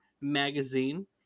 Magazine